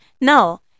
no